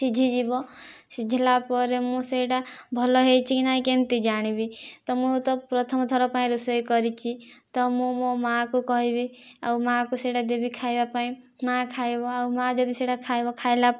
ସିଝିଯିବ ସିଝିଲାପରେ ମୁଁ ସେଇଟା ଭଲ ହେଇଚି କି ନାହିଁ କେମିତି ଜାଣିବି ତ ମୁଁ ତ ପ୍ରଥମଥର ପାଇଁ ରୋଷେଇ କରିଛି ତ ମୁଁ ମୋ ମା କୁ କହିବି ଆଉ ମାକୁ ସେଇଟା ଦେବି ଖାଇବାପାଇଁ ମା ଖାଇବ ଆଉ ମା ଯଦି ସେଇଟା ଖାଇବ ଖାଇଲାପରେ